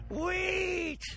Wait